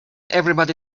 everybody